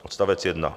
Odstavec 1.